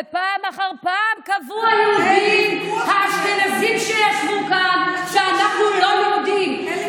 ופעם אחר פעם קבעו היהודים האשכנזים שישבו כאן שאנחנו לא יהודים,